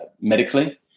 medically